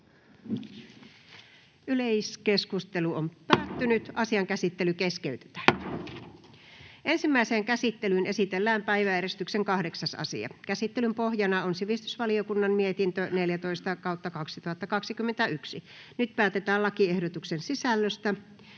opintotukilain muuttamisesta Time: N/A Content: Ensimmäiseen käsittelyyn esitellään päiväjärjestyksen 7. asia. Käsittelyn pohjana on sivistysvaliokunnan mietintö SiVM 13/2021 vp. Nyt päätetään lakiehdotuksen sisällöstä.